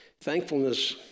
Thankfulness